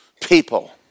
people